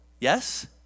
Yes